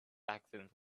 accidents